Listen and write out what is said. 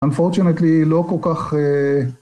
Unfortunately לא כל כך...